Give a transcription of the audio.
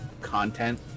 content